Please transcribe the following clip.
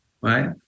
right